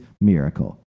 Miracle